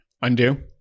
undo